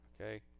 Okay